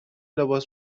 لباس